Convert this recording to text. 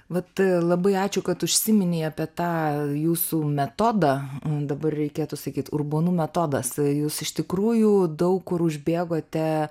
vat labai ačiū kad užsiminei apie tą jūsų metodą o dabar reikėtų sakyt urbonų metodas jūs iš tikrųjų daug kur užbėgote